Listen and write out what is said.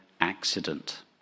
accident